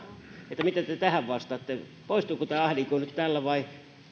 mitä te tähän vastaatte poistuuko tämä ahdinko nyt tällä vai